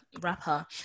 rapper